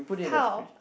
how